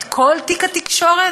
את כל תיק התקשורת?